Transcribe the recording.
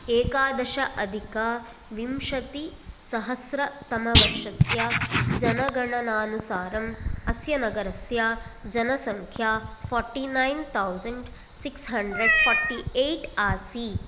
एकादशाधिकविंशतिसहस्र तमवर्षस्य जनगणनानुसारम् अस्य नगरस्य जनसङ्ख्या forty nine thousand six hundred forty eight आसीत्